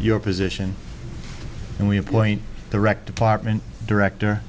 your position and we appoint the rec department director